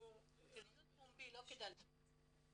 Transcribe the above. בדיון פומבי לא כדאי לדבר.